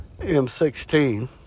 M16